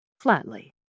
Flatly